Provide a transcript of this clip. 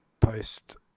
post